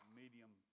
medium